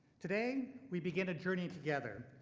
today we begin a journey together.